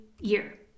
year